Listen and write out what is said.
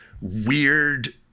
weird